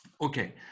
okay